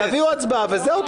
תביאו הצבעה וזהו.